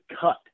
cut